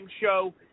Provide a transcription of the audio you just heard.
show